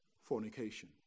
fornication